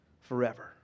forever